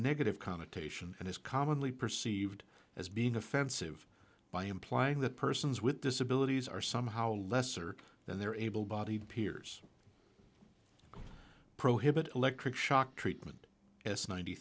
negative connotation and is commonly perceived as being offensive by implying that persons with disabilities are somehow lesser than their able bodied peers prohibit electric shock treatment as ninety